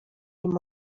mnie